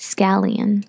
Scallion